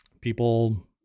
People